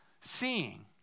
seeing